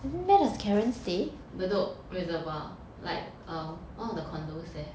bedok reservoir like um one of the condos there